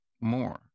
more